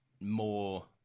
more